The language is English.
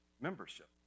membership